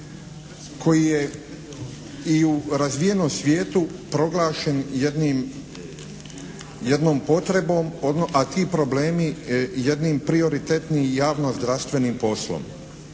koji je u razvijenom svijetu proglašen jednim, jednom potrebom a ti problemi jednim prioritetniji i javno-zdravstvenim poslom.